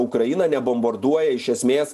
ukrainą nebombarduoja iš esmės